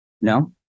No